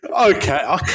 Okay